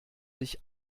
sich